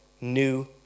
new